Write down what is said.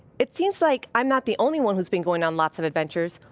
it seems like i'm not the only one who's been going on lots of adventures.